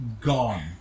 gone